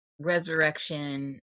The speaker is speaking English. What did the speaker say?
resurrection